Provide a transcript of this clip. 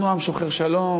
אנחנו עם שוחר שלום,